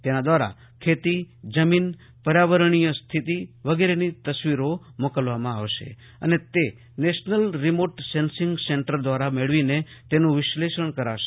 તેના દ્વારા ખેતી જમીન પર્યાવરજીય સ્થિતિ વગેરેની તસવીરો મોકલવામાં આવશે અને તે નેશનલ રીમોટ સેન્સીંગ સેન્ટર દ્વારા મેળવીને તેનું વિશ્લેષણ કરાશે